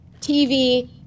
TV